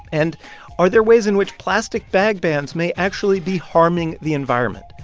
and are there ways in which plastic bag bans may actually be harming the environment?